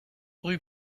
rue